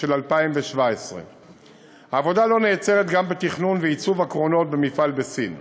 של 2017. העבודה לא נעצרת גם בתכנון ועיצוב הקרונות במפעל בסין.